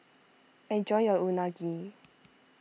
enjoy your Unagi